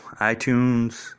iTunes